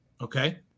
okay